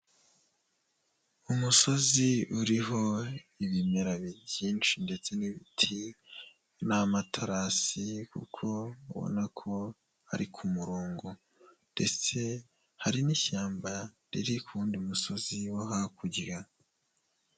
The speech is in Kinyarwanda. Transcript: Umusozi uriho ibimera byinshi ndetse n'ibiti, ni amaterasi kuko ubona ko ari ku murongo ndetse hari n'ishyamba riri ku wundi musozi wo hakurya.